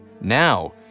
Now